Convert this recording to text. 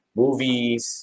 movies